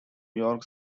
york